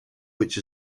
which